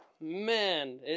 Man